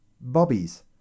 Bobbies